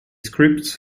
scripts